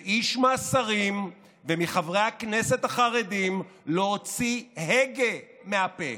ואיש מהשרים ומחברי הכנסת החרדים לא הוציא הגה מהפה.